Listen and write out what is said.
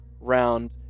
round